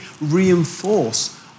reinforce